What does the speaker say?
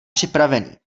připravený